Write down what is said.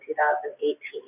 2018